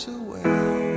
away